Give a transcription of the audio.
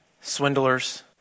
swindlers